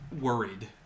worried